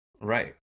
Right